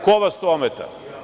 Ko vas to ometa?